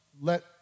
let